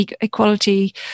equality